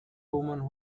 woman